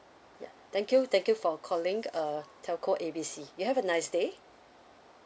ya thank you thank you for calling uh telco A B C you have a nice day